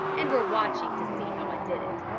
and were watching to see how i did it.